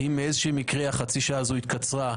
אם מאיזשהו מקרה חצי השעה הזו התקצרה,